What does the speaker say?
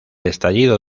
estallido